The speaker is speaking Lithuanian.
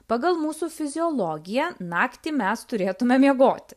pagal mūsų fiziologiją naktį mes turėtume miegoti